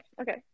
okay